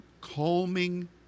calming